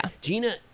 Gina